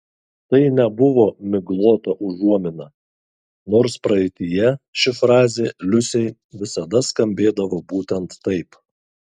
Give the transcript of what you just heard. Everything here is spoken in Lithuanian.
tai nebuvo miglota užuomina nors praeityje ši frazė liusei visada skambėdavo būtent taip